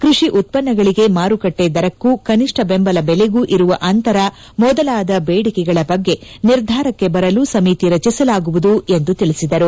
ಕೃಷಿ ಉತ್ಪನ್ನಗಳಿಗೆ ಮಾರುಕಟ್ಟೆ ದರಕ್ಕೂ ಕನಿಷ್ಠ ಬೆಂಬಲ ಬೆಲೆಗೂ ಇರುವ ಅಂತರ ಮೊದಲಾದ ಬೇಡಿಕೆಗಳ ಬಗ್ಗೆ ನಿರ್ಧಾರಕ್ಕೆ ಬರಲು ಸಮಿತಿ ರಚಿಸಲಾಗುವುದು ಎಂದು ತಿಳಿಸಿದರು